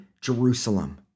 Jerusalem